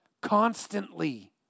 constantly